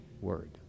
word